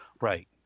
right